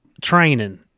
training